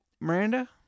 Miranda